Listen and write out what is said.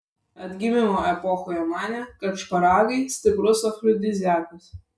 atgimimo epochoje manė kad šparagai stiprus afrodiziakas